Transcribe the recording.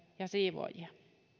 ja siivoojia